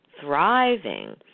thriving